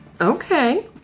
Okay